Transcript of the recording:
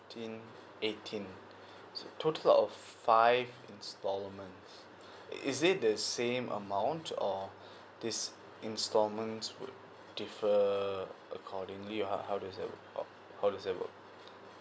fifteen eighteen so total of five installments is it the same amount or these installment would differ accordingly or how how does that work